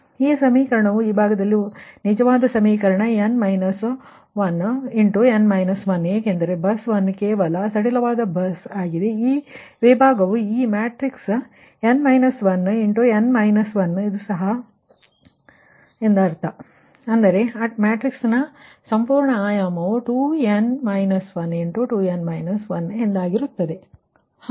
ಆದ್ದರಿಂದ ಈ ಸಮೀಕರಣವು ಈ ಭಾಗದಲ್ಲಿ ಇದು ನಿಜವಾದ ಸಮೀಕರಣ n 1 ಏಕೆಂದರೆ ಬಸ್ 1 ಕೇವಲ ಸ್ಲಾಕ್ ಬಸ್ ಆಗಿದೆ ಈ ವಿಭಾಗವು ಈ ಮ್ಯಾಟ್ರಿಕ್ಸ್n 1 ಇದು ಸಹ n 1 ಎಂದರ್ಥ ಅಂದರೆ ಮ್ಯಾಟ್ರಿಕ್ಸ್ನ ಸಂಪೂರ್ಣ ಆಯಾಮವು 2n 12 ಎ0ದಾಗಿರುತ್ತದೆ